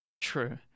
True